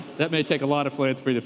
that may take a lot of philanthropy